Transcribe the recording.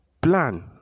Plan